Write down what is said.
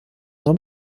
nur